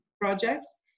projects